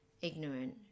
ignorant